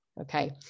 Okay